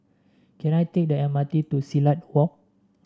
can I take the M R T to Silat Walk